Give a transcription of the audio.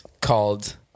called